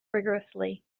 rigourously